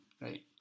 right